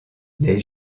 les